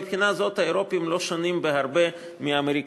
מבחינה זו האירופים לא שונים בהרבה מהאמריקנים,